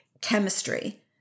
chemistry